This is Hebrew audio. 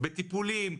בטיפולים,